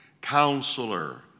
counselor